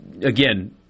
again